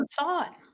thought